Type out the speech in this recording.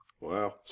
Wow